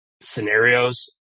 scenarios